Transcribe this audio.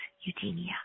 Eugenia